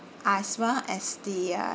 as well as the uh